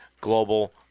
global